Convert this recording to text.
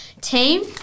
team